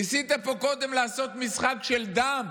ניסית פה קודם לעשות משחק של דם.